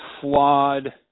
flawed